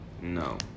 No